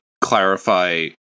clarify